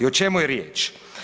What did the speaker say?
U čemu je riječ?